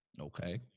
Okay